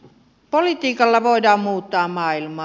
politiikalla voidaan muuttaa maailmaa